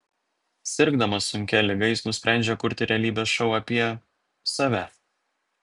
sirgdamas sunkia liga jis nusprendžia kurti realybės šou apie save